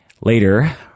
Later